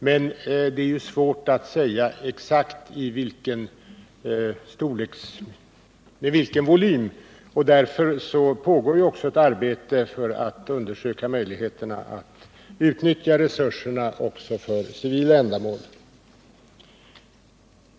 Men det är svårt att säga exakt i vilken volym behov kommer att föreligga. Därför pågår också ett arbete för att undersöka möjligheterna att utnyttja resurserna också för civila ändamål.